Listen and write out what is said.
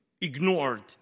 ignored